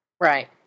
Right